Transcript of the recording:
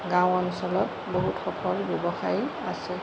গাঁও অঞ্চলত বহুত সফল ব্যৱসায়ী আছে